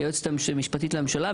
היועצת המשפטית לממשלה,